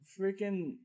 freaking